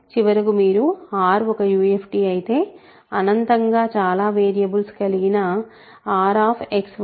చివరకు మీరు R ఒక UFD అయితే అనంతంగా చాలా వేరియబుల్స్ కలిగిన RX1 X2